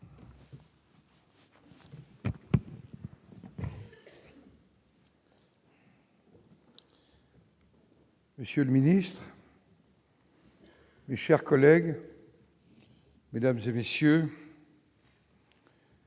Monsieur le Ministre. Mes chers collègues. Mesdames et messieurs.